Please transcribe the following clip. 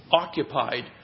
occupied